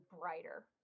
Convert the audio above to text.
brighter